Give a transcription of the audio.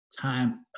time